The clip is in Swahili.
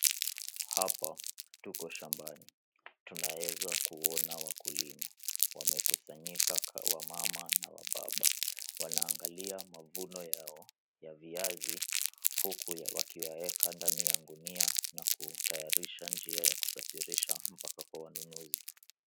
Hapa tuko shambani. Tunaweza kuona wakulima wamekusanyika wamama na wababa, wanaangalia mavuno yao ya viazi huku wakiweka ndani ya gunia na kutayarisha njia ya kusafirisha mpaka kwa wanunuzi.